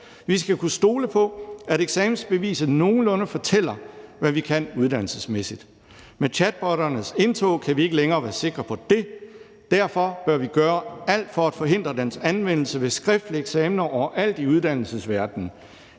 Vi skal kunne stole på, at eksamensbeviset nogenlunde fortæller, hvad vi kan uddannelsesmæssigt. Med chatbotternes indtog kan vi ikke længere være sikre på det. Derfor bør vi gøre alt for at forhindre dens anvendelse ved skriftlige eksamener overalt i uddannelsesverdenen.